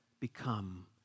become